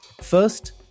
First